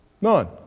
None